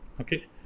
Okay